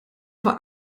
war